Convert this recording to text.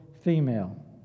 female